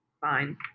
Fine